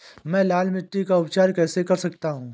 मैं लाल मिट्टी का उपचार कैसे कर सकता हूँ?